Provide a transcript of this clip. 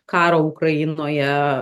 karo ukrainoje